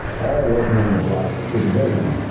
all working under black supervision.